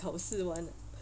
考试完了